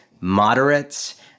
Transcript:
moderates